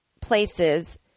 places